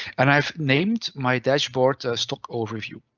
and i've named my dashboard stock overview.